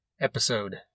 episode